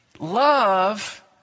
Love